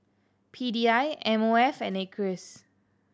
P D I M O F and Acres